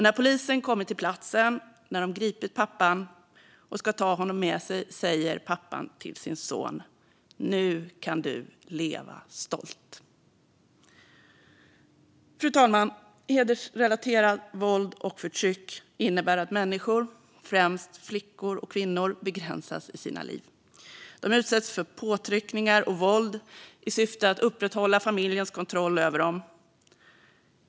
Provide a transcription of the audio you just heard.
När polisen kommit till platsen, gripit pappan och ska ta honom med sig säger pappan till sin son: "Nu kan du leva stolt." Fru talman! Hedersrelaterat våld och förtryck innebär att människor, främst flickor och kvinnor, begränsas i sina liv. De utsätts för påtryckningar och våld i syfte att upprätthålla familjens kontroll över dem.